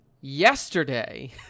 yesterday